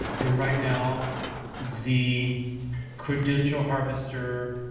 and right now the credential harvester